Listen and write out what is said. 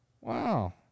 Wow